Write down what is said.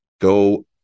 go